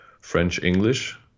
French-English